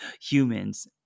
humans